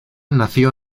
nació